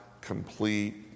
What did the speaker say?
complete